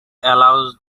allows